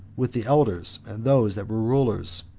with the elders and those that were rulers,